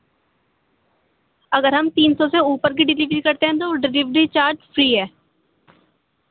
اگر ہم تین سو سے اوپر کی ڈیلیوری کرتے ہیں تو ڈیلیوری چارج فری ہے